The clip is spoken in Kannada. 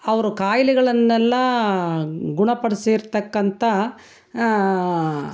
ಅವರು ಕಾಯಿಲೆಗಳನ್ನೆಲ್ಲ ಗುಣಪಡಿಸಿರ್ತಕ್ಕಂಥ